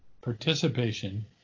participation